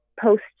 post